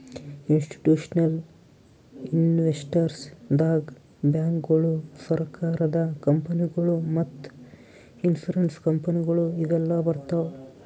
institutional investors ದಾಗ್ ಬ್ಯಾಂಕ್ಗೋಳು, ಸರಕಾರದ ಕಂಪನಿಗೊಳು ಮತ್ತ್ ಇನ್ಸೂರೆನ್ಸ್ ಕಂಪನಿಗೊಳು ಇವೆಲ್ಲಾ ಬರ್ತವ್